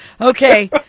Okay